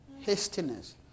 Hastiness